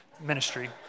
ministry